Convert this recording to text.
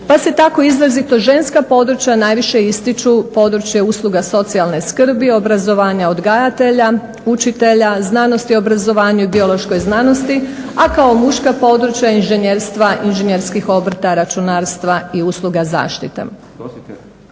pa se tako izrazito ženska područja najviše ističu područje usluga socijalne skrbi, obrazovanja, odgajatelje, učitelja, znanosti i obrazovanju i biološkoj znanosti, a kao muška područja inženjerstva, inženjerskih obrta, računarstva i usluga zaštite.